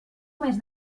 més